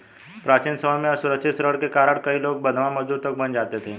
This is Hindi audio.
प्राचीन समय में असुरक्षित ऋण के कारण कई लोग बंधवा मजदूर तक बन जाते थे